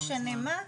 לא משנה מה.